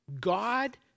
God